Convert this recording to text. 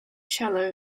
cello